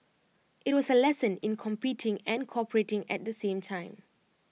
IT was A lesson in competing and cooperating at the same time